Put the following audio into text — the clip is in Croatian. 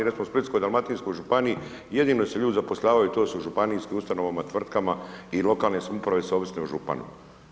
Recimo u Splitsko-dalmatinskoj županiji jedino gdje se ljudi zapošljavaju to su u županijskim ustanovama, tvrtkama i lokalne samouprave su ovisne o županijama.